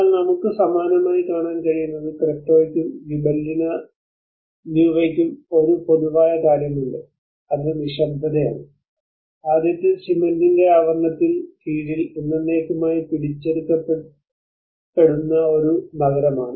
എന്നാൽ നമുക്ക് സമാനമായി കാണാൻ കഴിയുന്നത് ക്രെറ്റോയ്ക്കും ഗിബെല്ലിന ന്യൂവയ്ക്കും ഒരു പൊതുവായ കാര്യമുണ്ട് അത് നിശബ്ദതയാണ് ആദ്യത്തേത് സിമന്റിന്റെ ആവരണത്തിൻ കീഴിൽ എന്നെന്നേക്കുമായി പിടിച്ചെടുക്കപ്പെടുന്ന ഒരു നഗരമാണ്